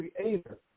creator